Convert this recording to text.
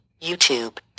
YouTube